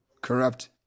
Corrupt